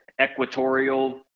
Equatorial